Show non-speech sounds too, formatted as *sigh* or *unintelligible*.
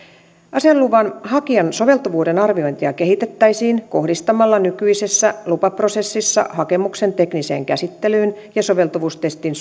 aseluvan hakijan soveltuvuuden arviointia kehitettäisiin kohdistamalla nykyisessä lupaprosessissa hakemuksen tekniseen käsittelyyn ja soveltuvuustestin *unintelligible*